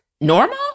normal